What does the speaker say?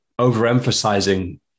overemphasizing